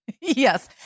Yes